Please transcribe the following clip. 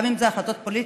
גם אם זה החלטות פוליטיות,